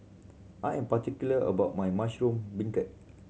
I am particular about my mushroom beancurd